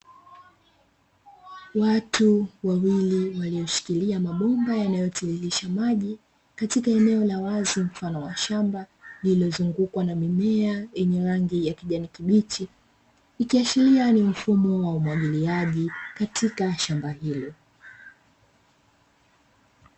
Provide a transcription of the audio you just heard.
Watu wawili walioshikilia mabomba yanayotiririsha maji katika eneo la wazi mfano wa shamba, lililozungukwa na mimea yenye rangi ya kijani kibichi ikiashiria ni mfumo wa umwagiliaji katika shamba hilo.